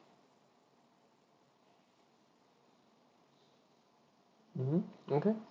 mmhmm okay